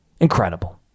Incredible